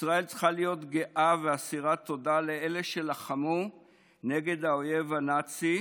ישראל צריכה להיות גאה ואסירת תודה לאלה שלחמו נגד האויב הנאצי,